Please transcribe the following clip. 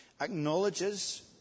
acknowledges